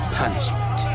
punishment